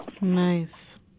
Nice